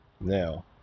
Now